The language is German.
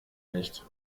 nicht